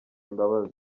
imbabazi